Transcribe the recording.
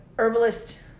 Herbalist